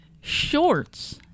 shorts